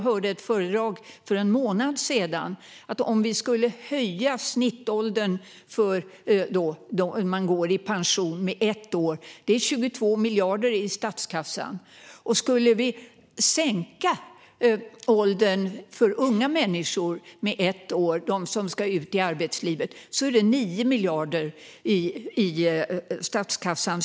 För en månad sedan hörde jag i ett föredrag att om vi skulle höja snittåldern för när man går i pension med ett år skulle det ge 22 miljarder i statskassan. Skulle vi sänka åldern för när unga människor går ut i arbetslivet med ett år skulle det ge 9 miljarder i statskassan.